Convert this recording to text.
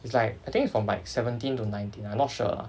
it's like I think from like seventeen to nineteen I not sure ah